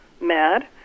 mad